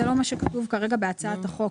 זה לא מה שכתוב כרגע בהצעת החוק,